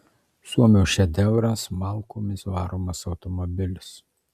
suomio šedevras malkomis varomas automobilis